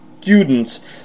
students